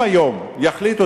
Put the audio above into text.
אם היום יחליטו,